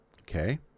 Okay